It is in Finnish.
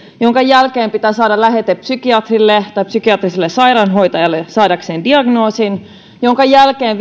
minkä jälkeen pitää saada lähete psykiatrille tai psykiatriselle sairaanhoitajalle saadakseen diagnoosin minkä jälkeen